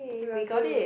we are good